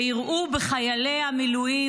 שיראו בחיילי המילואים,